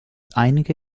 einige